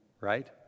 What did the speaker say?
right